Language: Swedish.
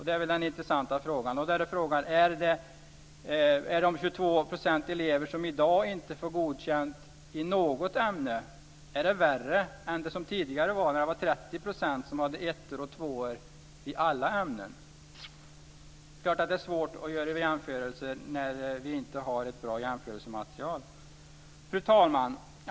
Det är den intressanta frågan. Är de 22 % elever som i dag inte får godkänt i något ämne värre än att det som var tidigare, att 30 % hade 1:or eller 2:or i alla ämnen? Det är svårt att göra jämförelser när vi inte har ett bra jämförelsematerial. Fru talman!